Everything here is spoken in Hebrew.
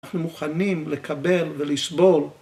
אנחנו מוכנים לקבל ולסבול